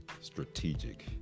strategic